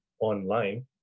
online